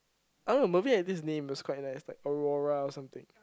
I don't know Mervin had this name that's quite nice like Aurora or something